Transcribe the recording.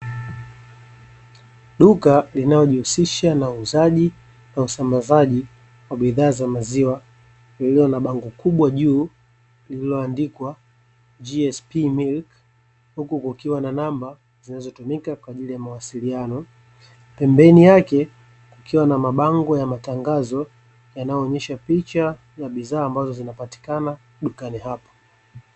Duka linalojihusisha na uuzaji na usambazaji wa bidhaa za maziwa lililo na bango kubwa juu lililoandikwa GSP milk huku kukiwa na namba zinazotumika kwa ajili ya mawasiliano, pembeni yake kukiwa na mabango ya matangazo yanayoonyesha picha na bidhaa ambazo zinapatikana dukani hapo.